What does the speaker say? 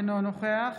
אינו נוכח